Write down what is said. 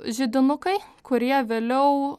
židinukai kurie vėliau